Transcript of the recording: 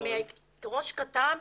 הם ראש קטן.